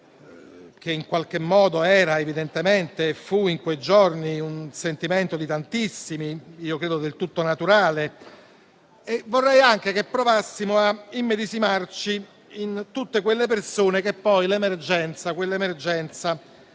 che in qualche modo era e fu in quei giorni un sentimento di tantissimi, io credo del tutto naturale. Vorrei anche che provassimo a immedesimarci in tutte quelle persone che poi quell'emergenza